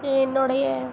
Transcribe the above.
என்னுடைய